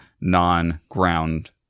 non-ground